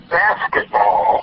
basketball